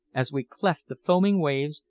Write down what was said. as we cleft the foaming waves,